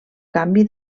canvi